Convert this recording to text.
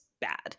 bad